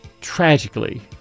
tragically